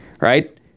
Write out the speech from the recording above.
right